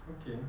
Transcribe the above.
okay